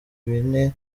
bine